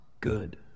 good